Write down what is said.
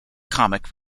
comic